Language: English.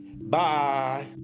Bye